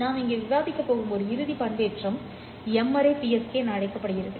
நாம் இங்கே விவாதிக்கப் போகும் ஒரு இறுதி பண்பேற்றம் M -ary PSK என அழைக்கப்படுகிறது